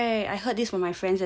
I heard this from my friends as well